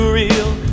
real